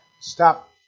Stop